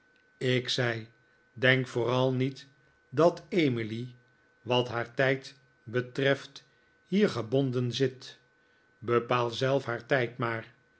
ik zei denk vooral niet dat emily wat haar tijd betreft hier gebonden zit bepaal zelf haar tijd maar